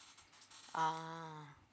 ah